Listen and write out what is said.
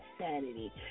sanity